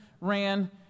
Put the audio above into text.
ran